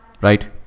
right